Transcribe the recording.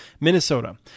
Minnesota